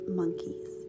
monkeys